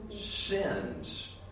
sins